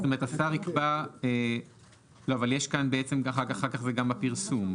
אבל יש כאן בעצם אחר כך גם את הפרסום.